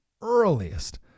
earliest